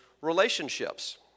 relationships